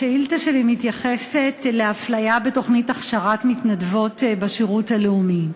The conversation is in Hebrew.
השאילתה שלי מתייחסת לאפליה בתוכנית הכשרת מתנדבות בשירות הלאומי.